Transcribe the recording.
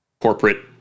corporate